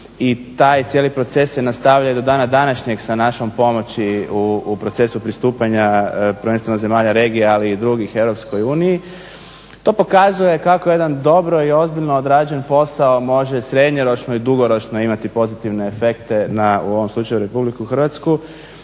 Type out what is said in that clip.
I taj cijeli proces se nastavljao do dana današnjeg sa našom pomoći u procesu pristupanja prvenstveno zemalja regije ali i drugih Europskoj uniji. To pokazuje kako jedan dobro i ozbiljno odrađen posao može srednjoročno i dugoročno imati pozitivne efekte na u ovom slučaju Republiku Hrvatsku